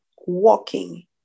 walking